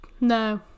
No